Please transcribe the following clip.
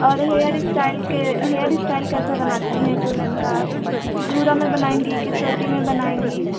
और hairstyle का hairstyle कैसा बनाती हैं दुल्हन का जूड़ा में बनाएँगी कि चोटी में बनाएँगी